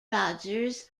rogers